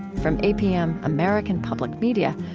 from apm, american public media,